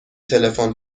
تلفن